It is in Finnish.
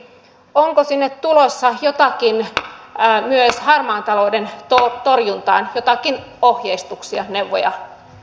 onko sinne tulossa jotakin myös harmaan talouden torjuntaan joitakin ohjeistuksia neuvoja